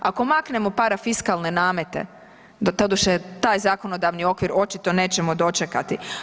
Ako maknemo parafiskalne namete, doduše taj zakonodavni okvir očito nećemo dočekati.